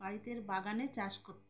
বাড়িতে বাগানে চাষ করত